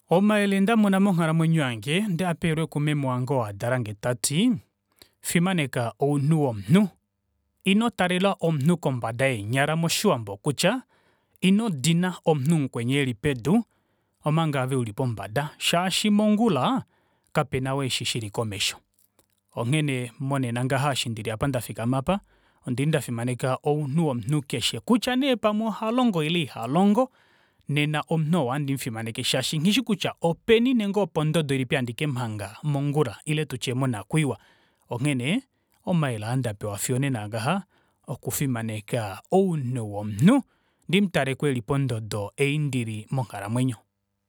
Omayele ndamona monghalamwenyo yange onde apewelwe ku meme wange ou adalange tati '' fimaneka ounhu womunhu ino talela omunhu kombada yeenyala'' moshiwambo okutya ino dina omunhu mukweni eli pedu, omanga ove uli pombada shaashi mongula kapena oo eshi osho shili komesho''. Onghene monena ngaha eshi ndili ndafikama aapa ondili ndafimaneka ounhu womunhu keshe, kutya nee pamwe ohalongo ile ihalongo, nena omunhu oo ohandi mufimaneke shaashi nghishi kutya openi nenge opondodo ilipi handi kemuhanga mongula ile tutye monakwiiwa onghene omayele aandapewa fiyo onena ngaha okufimaneka ounhu womunhu ndimutaleko eli pondodo ei ndili monghalamwenyo.